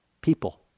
people